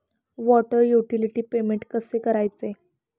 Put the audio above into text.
Water utility payment कसे करायचे?